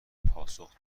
پاسخ